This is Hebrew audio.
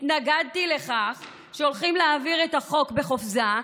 התנגדתי לכך שהולכים להעביר את החוק בחופזה,